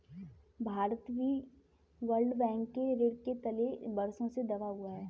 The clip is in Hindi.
भारत भी वर्ल्ड बैंक के ऋण के तले वर्षों से दबा हुआ है